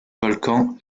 volcan